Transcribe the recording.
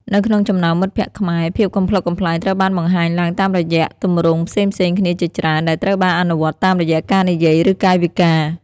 នៅក្នុងចំណោមមិត្តភក្តិខ្មែរ ភាពកំប្លុកកំប្លែងត្រូវបានបង្ហាញឡើងតាមរយៈទម្រង់ផ្សេងៗគ្នាជាច្រើន ដែលត្រូវបានអនុវត្តតាមរយៈការនិយាយឬកាយវិការ។